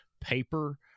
paper